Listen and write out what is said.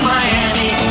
Miami